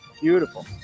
Beautiful